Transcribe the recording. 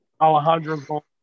Alejandro